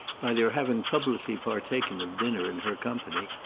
by their having publicly partaken of dinner in her company,